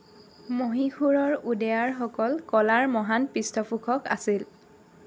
মহীশূৰৰ ওডেয়াৰসকল কলাৰ মহান পৃষ্ঠপোষক আছিল